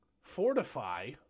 fortify